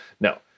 No